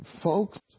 folks